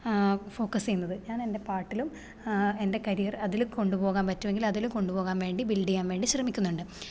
focus ചെയ്യുന്നത് ഞാനെൻ്റെ പാട്ടിലും എൻ്റെ കരിയർ അതിൽ കൊണ്ടുപോകാൻ പറ്റുമെങ്കിൽ അതിൽ കൊണ്ടുപോകാൻ വേണ്ടി ബിൽഡ് ചെയ്യാൻ വേണ്ടി ശ്രമിക്കുന്നുണ്ട്